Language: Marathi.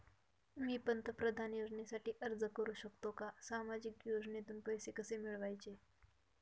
मी पंतप्रधान योजनेसाठी अर्ज करु शकतो का? सामाजिक योजनेतून पैसे कसे मिळवायचे